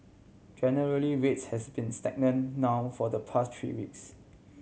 generally rates has been stagnant now for the pass three weeks